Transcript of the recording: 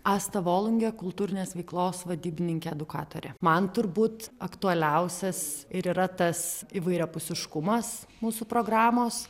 asta volungė kultūrinės veiklos vadybininkė edukatorė man turbūt aktualiausias ir yra tas įvairiapusiškumas mūsų programos